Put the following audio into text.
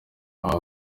aba